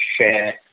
share